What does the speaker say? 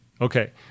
Okay